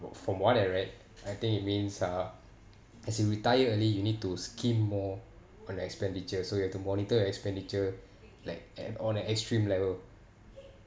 from what I read I think it means uh as in retire early you need to scheme more on the expenditure so you have to monitor your expenditure like at on an extreme level